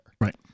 Right